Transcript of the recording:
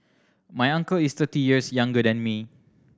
my uncle is thirty years younger than me